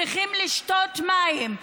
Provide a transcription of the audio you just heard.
צריכים לשתות מים,